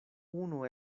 unu